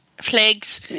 Flags